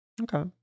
Okay